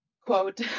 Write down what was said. Quote